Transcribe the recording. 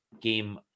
game